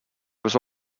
also